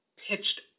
pitched